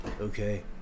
okay